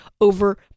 over